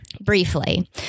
briefly